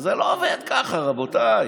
זה לא עובד ככה, רבותיי.